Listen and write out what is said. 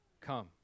come